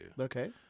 Okay